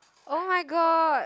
oh-my-god